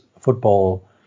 football